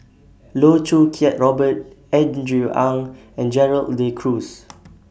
Loh Choo Kiat Robert Andrew Ang and Gerald De Cruz